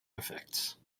effects